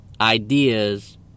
ideas